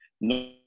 No